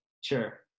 Sure